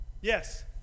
Yes